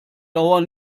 dauer